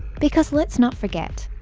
because let's not forget,